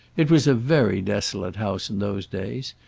it was a very desolate house in those days,